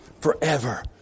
forever